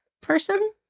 person